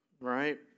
right